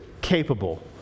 capable